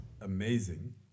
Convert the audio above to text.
amazing